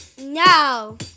Now